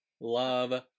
Love